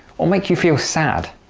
or make you feel sad.